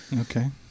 Okay